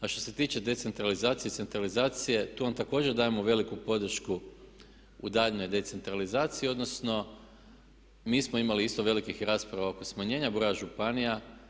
A što se tiče decentralizacije i centralizacije tu vam također dajemo veliku podršku u daljnjoj decentralizaciji, odnosno mi smo imali isto velikih rasprava oko smanjena broja županija.